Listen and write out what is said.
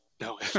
no